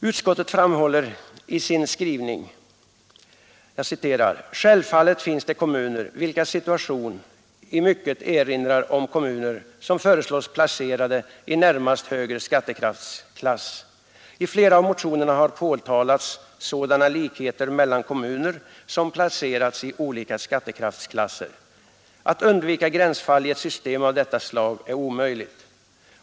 Utskottet framhåller i sin skrivning: ”Självfallet finns det kommuner, vilkas situation i mycket erinrar om kommuner som föreslås placerade i närmast högre skattekraftsklass. I flera av motionerna har påtalats sådana likheter mellan kommuner som placerats i olika skattekraftsklasser. Att undvika gränsfall i ett system av detta slag är omöjligt.